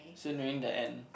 so nearing the end